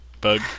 Bug